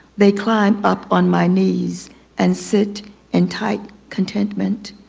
they climb up on my knees and sit in tight contentment.